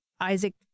Isaac